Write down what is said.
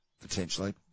Potentially